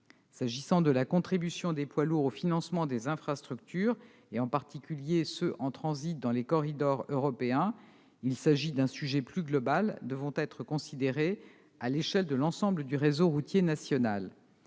S'agissant de la contribution des poids lourds au financement des infrastructures, et en particulier de ceux en transit sur les corridors européens, il s'agit d'un sujet plus global, devant être considéré à l'échelle de l'ensemble du réseau routier national.